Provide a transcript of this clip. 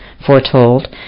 foretold